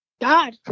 God